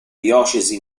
diocesi